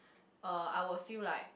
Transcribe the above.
uh I would feel like